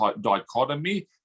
dichotomy